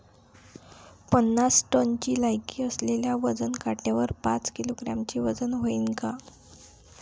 पन्नास टनची लायकी असलेल्या वजन काट्यावर पाच किलोग्रॅमचं वजन व्हईन का?